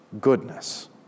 goodness